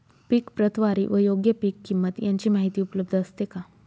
पीक प्रतवारी व योग्य पीक किंमत यांची माहिती उपलब्ध असते का?